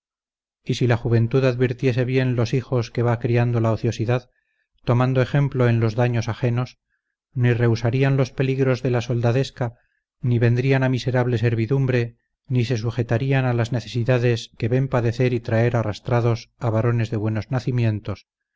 y si la juventud advirtiese bien los hijos que va criando la ociosidad tomando ejemplo en los daños ajenos ni rehusarían los peligros de la soldadesca ni vendrían a miserable servidumbre ni se sujetarían a las necesidades que ven padecer y traer arrastrados a varones de buenos nacimientos